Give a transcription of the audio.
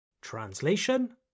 Translation